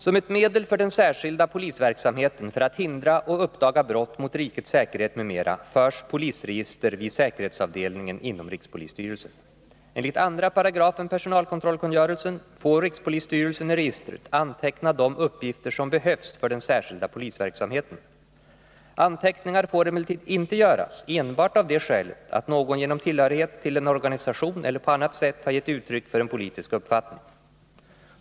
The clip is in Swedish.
Som ett medel för den särskilda polisverksamheten för att hindra och uppdaga brott mot rikets säkerhet m.m. förs polisregister vid säkerhetsavdelningen inom rikspolisstyrelsen. Enligt 2 § personalkontrollkungörelsen får rikspolisstyrelsen i registret anteckna de uppgifter som behövs för den särskilda polisverksamheten. Anteckningar får emellertid inte göras enbart av det skälet att någon genom tillhörighet till en organisation eller på annat sätt har gett uttryck för en politisk uppfattning.